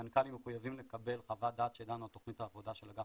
מנכ"לים מחויבים לקבל חוות דעת שלנו על תוכנית העבודה של אגף